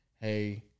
Hey